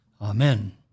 Amen